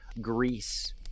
Greece